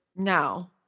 No